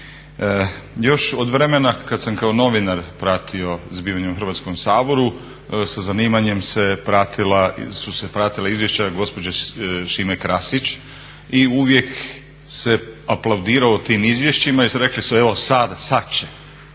Još od vremena kada sam kao novinar pratio zbivanja u Hrvatskom saboru sa zanimanjem su se pratila izvješća gospođe Sime Krasić i uvijek se aplaudiralo tim izvješćima i rekli su evo sada, sada će